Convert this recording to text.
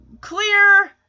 clear